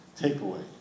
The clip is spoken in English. takeaway